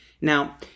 Now